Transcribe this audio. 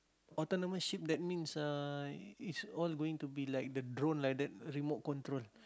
autonomous ship that means uh it's all going to be like the drone like that remote control